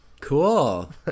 Cool